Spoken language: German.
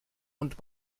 und